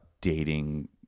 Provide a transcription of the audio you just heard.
dating